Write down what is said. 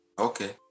Okay